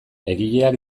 egileak